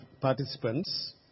participants